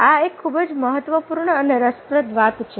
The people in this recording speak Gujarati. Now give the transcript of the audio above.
આ એક ખૂબજ મહત્વપૂર્ણ અને રસપ્રદ વાત છે